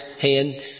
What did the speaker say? hand